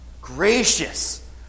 Gracious